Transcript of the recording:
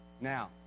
Now